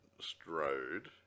Strode